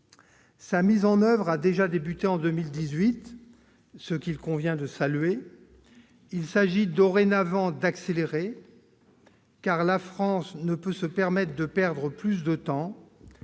La mise en oeuvre a déjà débuté en 2018, ce qu'il convient de saluer. Il s'agit dorénavant d'accélérer, car la France ne peut se permettre de perdre plus de temps.